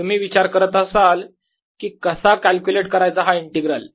तुम्ही विचार करत असाल की कसा कॅल्क्युलेट करायचा हा इंटिग्रल